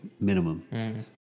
minimum